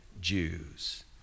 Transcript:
Jews